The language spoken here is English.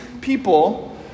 people